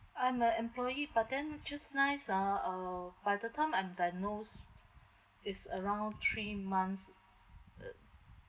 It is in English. I'm an employee but then just nice ah uh by the time I'm diagnosed is around three months uh